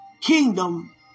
kingdom